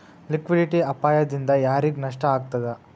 Liquidity ಅಪಾಯ ದಿಂದಾ ಯಾರಿಗ್ ನಷ್ಟ ಆಗ್ತದ?